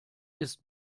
ist